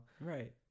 right